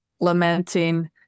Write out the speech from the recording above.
lamenting